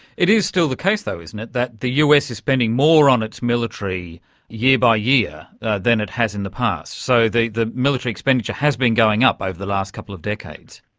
it is still the case though, isn't it, that the us is spending more on its military year by year than it has in the past. so the the military expenditure has been going up over the last couple of decades.